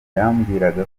yambwiraga